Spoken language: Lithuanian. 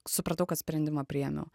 supratau kad sprendimą priėmiau